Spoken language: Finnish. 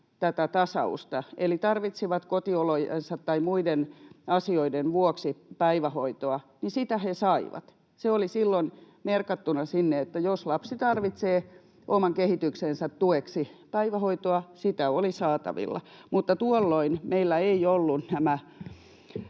tätä tasausta eli tarvitsivat kotiolojensa tai muiden asioiden vuoksi päivähoitoa, sitä saivat. Se oli silloin merkattuna sinne, että jos lapsi tarvitsee oman kehityksensä tueksi päivähoitoa, sitä oli saatavilla, mutta tuolloin meillä eivät olleet nämä